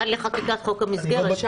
עד לחקיקת חוק המסגרת.